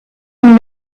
and